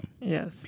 Yes